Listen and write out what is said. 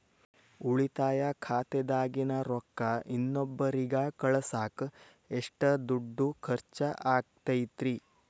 ಉಳಿತಾಯ ಖಾತೆದಾಗಿನ ರೊಕ್ಕ ಇನ್ನೊಬ್ಬರಿಗ ಕಳಸಾಕ್ ಎಷ್ಟ ದುಡ್ಡು ಖರ್ಚ ಆಗ್ತೈತ್ರಿ?